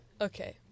Okay